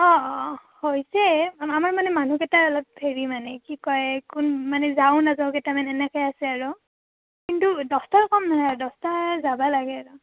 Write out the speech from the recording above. অঁ অঁ হৈছে আমাৰ মানে মানুহকেইটাই অলপ হেৰি মানে কি কয় কোন মানে যাওঁ নাযাওঁ কেইটামানে এনেকেৈ আছে আৰু কিন্তু দছটাৰ কম নহয় আৰু দছটা যাব লাগে আৰু